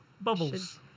Bubbles